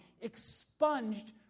expunged